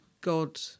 God